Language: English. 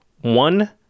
one